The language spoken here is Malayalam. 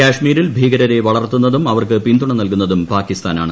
കശ്മീരിൽ ഭീകരരെ വളർത്തുന്നതും അവർക്ക് പിന്തുണ നല്കുന്നതും പാകിസ്ഥാനാണ്